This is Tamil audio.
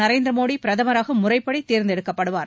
நரேந்திர மோடி பிரதமராக முறைப்படி தேர்ந்தெடுக்கப்படுவார்